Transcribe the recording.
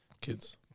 kids